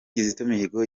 kizito